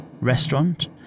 restaurant